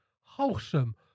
wholesome